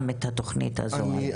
שמו לי איזו שהיא תכנית.